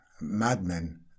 Madmen